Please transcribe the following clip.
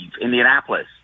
Indianapolis